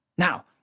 Now